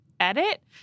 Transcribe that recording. edit